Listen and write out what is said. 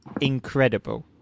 incredible